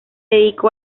dedicó